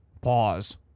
Pause